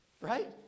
Right